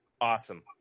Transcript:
awesome